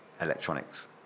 electronics